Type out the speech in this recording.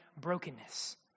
brokenness